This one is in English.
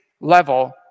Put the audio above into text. level